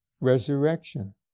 resurrection